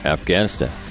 Afghanistan